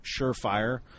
surefire